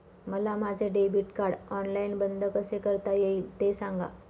मला माझे debit card online बंद कसे करता येईल, ते सांगा